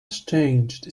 changed